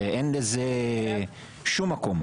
אין לזה שום מקום.